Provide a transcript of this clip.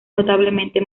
notablemente